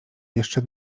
jeszcze